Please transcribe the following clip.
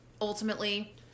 ultimately